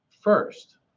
first